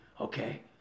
okay